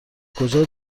کجا